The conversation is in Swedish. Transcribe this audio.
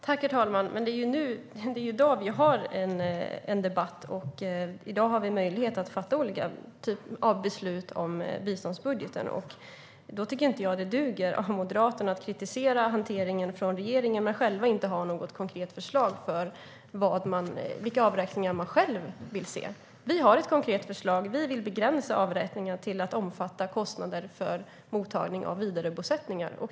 Herr talman! Men det är ju i dag vi har en debatt och har möjlighet att fatta olika beslut om biståndsbudgeten. Då tycker jag inte att det duger av Moderaterna att kritisera hanteringen från regeringen men själva inte ha något konkret förslag för vilka avräkningar de vill se. Vi har ett konkret förslag: Vi vill begränsa avräkningarna till att omfatta kostnader för mottagning av vidarebosättningar.